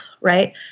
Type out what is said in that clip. right